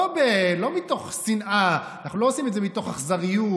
לא מתוך שנאה, אנחנו לא עושים את זה מתוך אכזריות.